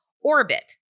Orbit